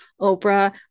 Oprah